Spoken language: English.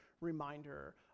reminder